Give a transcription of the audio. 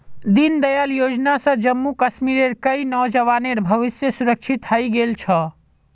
दीनदयाल योजना स जम्मू कश्मीरेर कई नौजवानेर भविष्य सुरक्षित हइ गेल छ